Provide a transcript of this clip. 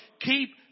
Keep